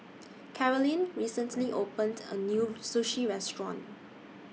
Karolyn recently opened A New Sushi Restaurant